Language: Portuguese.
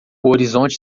horizonte